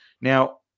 Now